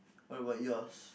what about yours